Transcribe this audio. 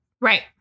Right